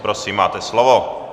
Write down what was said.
Prosím, máte slovo.